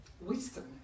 wisdom